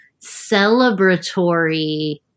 celebratory